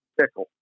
pickle